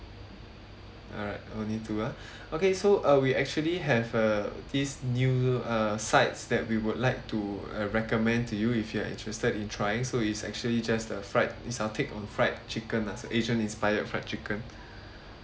alright only two ah okay so uh we actually have uh this new uh sides that we would like to uh recommend to you if you are interested in trying so it's actually just a fried it's our take on fried chicken lah asian inspired fried chicken